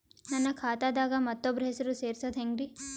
ನನ್ನ ಖಾತಾ ದಾಗ ಮತ್ತೋಬ್ರ ಹೆಸರು ಸೆರಸದು ಹೆಂಗ್ರಿ?